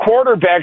quarterbacks